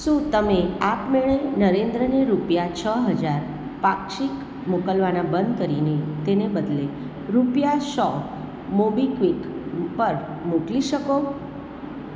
શું તમે આપમેળે નરેન્દ્રને રૂપિયા છ હજાર પાક્ષિક મોકલવાના બંધ કરીને તેને બદલે રૂપિયા સો મોબીક્વિક પર મોકલી શકો